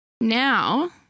Now